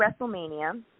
WrestleMania